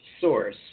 source